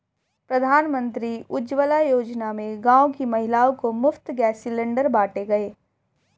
प्रधानमंत्री उज्जवला योजना में गांव की महिलाओं को मुफ्त गैस सिलेंडर बांटे गए